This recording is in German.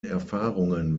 erfahrungen